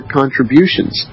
contributions